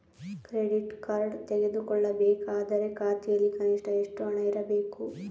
Credit card ತೆಗೆದುಕೊಳ್ಳಬೇಕಾದರೆ ಖಾತೆಯಲ್ಲಿ ಕನಿಷ್ಠ ಎಷ್ಟು ಹಣ ಇರಬೇಕು?